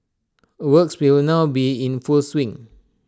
works will now be in full swing